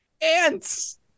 Ants